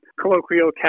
colloquial